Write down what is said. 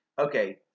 Okay